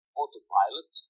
autopilot